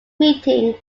meeting